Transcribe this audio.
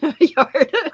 yard